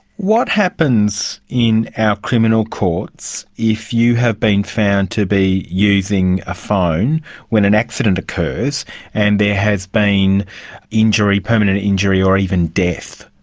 what happens in our criminal courts if you have been found to be using a phone when an accident occurs and there has been injury, permanent injury or even death?